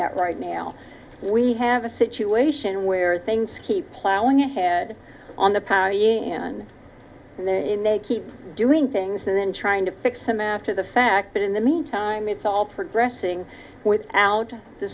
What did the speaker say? that right now we have a situation where things keep plowing ahead on the party and and then they keep doing things and then trying to fix them after the fact but in the meantime it's all progressing without th